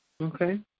Okay